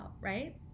right